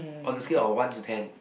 on a scale of one to ten